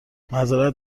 معذرت